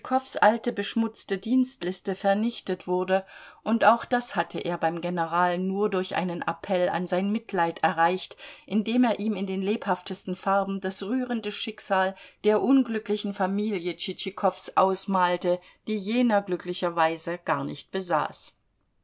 alte beschmutzte dienstliste vernichtet wurde und auch das hatte er beim general nur durch einen appell an sein mitleid erreicht indem er ihm in den lebhaftesten farben das rührende schicksal der unglücklichen familie tschitschikows ausmalte die jener glücklicherweise gar nicht besaß